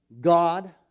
God